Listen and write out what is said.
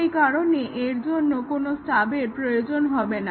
সেই কারণে এর জন্য কোনো স্টাবের প্রয়োজন হবে না